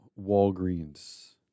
Walgreens